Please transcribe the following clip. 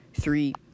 three